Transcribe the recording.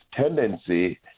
tendency